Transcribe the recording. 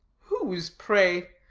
whose, pray?